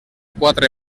quatre